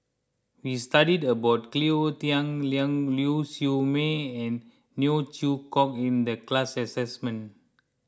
we studied about Cleo Thang Ling Siew May and Neo Chwee Kok in the class assignment